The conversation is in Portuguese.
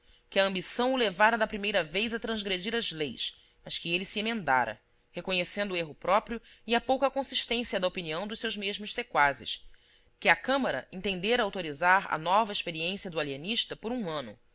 que a ambição o levara da primeira vez a transgredir as leis mas que ele se emendara reconhecendo o erro próprio e a pouca consistência da opinião dos seus mesmos sequazes que a câmara entendera autorizar a nova experiência do alienista por um ano